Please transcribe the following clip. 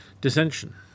dissension